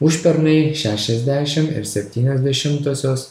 užpernai šešiasdešim ir septynios dešimtosios